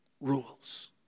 rules